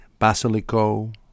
basilico